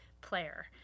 player